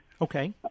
Okay